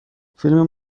فیلم